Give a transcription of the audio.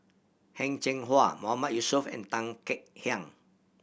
Heng Cheng Hwa Mahmood Yusof and Tan Kek Hiang